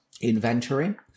inventory